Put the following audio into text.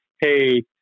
hey